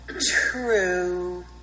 True